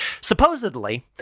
Supposedly